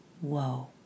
whoa